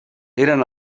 eren